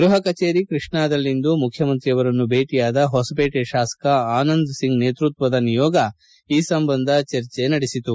ಗೃಪ ಕಚೇರಿ ಕೃಷ್ಣಾದಲ್ಲಿಂದು ಮುಖ್ಯಮಂತ್ರಿ ಅವರನ್ನು ಭೇಟಿಯಾದ ಹೊಸಪೇಟೆ ಶಾಸಕ ಅನಂದ್ ಸಿಂಗ್ ನೇತೃತ್ವದ ನಿಯೋಗ ಈ ಸಂಬಂಧ ಚರ್ಚೆ ನಡೆಸಿತು